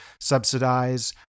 subsidize